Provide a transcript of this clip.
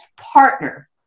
partner